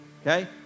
okay